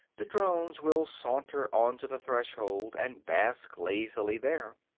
the drones will saunter on to the threshold, and bask lazily there.